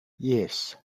yes